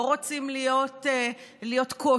לא רוצים להיות קושי,